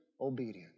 obedient